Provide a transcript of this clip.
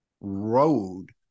road